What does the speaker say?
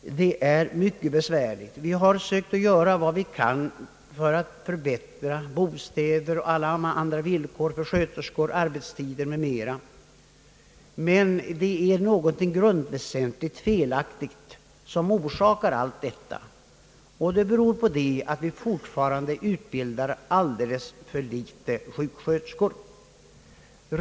Vi har försökt göra vad vi kunnat för att förbättra bostäderna och andra villkor för sjuksköterskorna, såsom arbetstider, barndaghem m.m., men det är ett grundväsentligt fel som förorsakar det bekymmersamma läget. Detta är att vi fortfarande utbildar alldeles för få sjuksköterskor i landet.